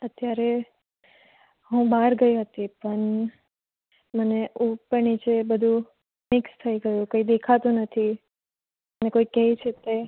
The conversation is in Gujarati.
અત્યારે હું બહાર ગઈ હતી પણ મને ઉપર નીચે બધું મિક્સ થઈ ગયું કંઈ દેખાતું નથી અને કોઈ કહે છે તે